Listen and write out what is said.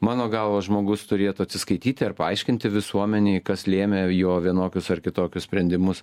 mano galva žmogus turėtų atsiskaityti ar paaiškinti visuomenei kas lėmė jo vienokius ar kitokius sprendimus